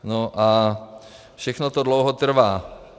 No a všechno to dlouho trvá.